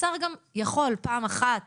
השר גם יכול פעם אחת